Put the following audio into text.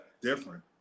different